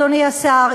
אדוני השר,